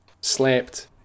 slept